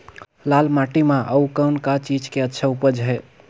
लाल माटी म अउ कौन का चीज के अच्छा उपज है?